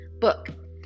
book